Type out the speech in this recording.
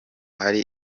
hari